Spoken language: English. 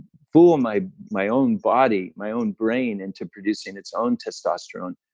fool my my own body my own brain into producing its own testosterone,